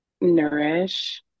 nourish